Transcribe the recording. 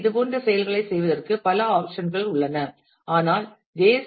எனவே இது போன்ற செயல்களைச் செய்வதற்கு பல options கள் உள்ளன ஆனால் ஜே